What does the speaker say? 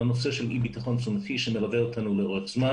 לנושא של אי בטחון תזונתי שמלווה אותנו לאורך זמן.